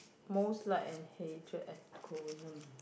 most liked and hated acronym